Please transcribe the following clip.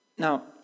Now